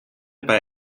bei